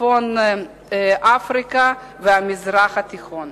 צפון אפריקה והמזרח התיכון.